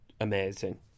Amazing